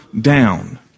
down